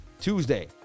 Tuesday